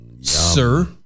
sir